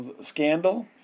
Scandal